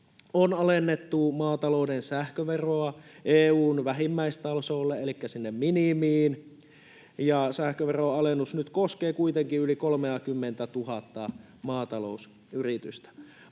On alennettu maatalouden sähköveroa EU:n vähimmäistasolle elikkä sinne minimiin, ja sähköveron alennus nyt koskee kuitenkin yli 30 000:ta maatalousyritystä.